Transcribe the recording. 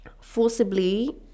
forcibly